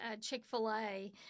Chick-fil-A